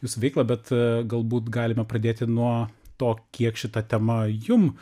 jūsų veiklą bet a galbūt galime pradėti nuo to kiek šita tema jum